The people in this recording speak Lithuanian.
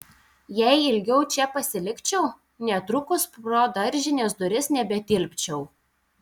jei ilgiau čia pasilikčiau netrukus pro daržinės duris nebetilpčiau